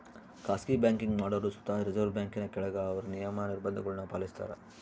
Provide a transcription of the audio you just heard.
ಖಾಸಗಿ ಬ್ಯಾಂಕಿಂಗ್ ಮಾಡೋರು ಸುತ ರಿಸರ್ವ್ ಬ್ಯಾಂಕಿನ ಕೆಳಗ ಅವ್ರ ನಿಯಮ, ನಿರ್ಭಂಧಗುಳ್ನ ಪಾಲಿಸ್ತಾರ